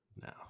No